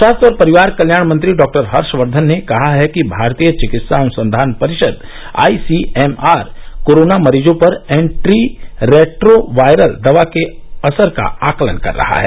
स्वास्थ्य और परिवार कल्याण मंत्री डॉक्टर हर्षवर्धन ने कहा है कि भारतीय चिकित्सा अनुसंधान परिषद आईसीएमआर कोरोना मरीजों पर एंटी रैट्रो वायरल दवा के असर का आकलन कर रहा है